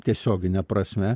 tiesiogine prasme